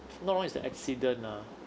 not long is the accident ah